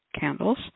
candles